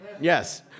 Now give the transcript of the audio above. Yes